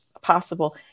possible